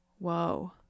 whoa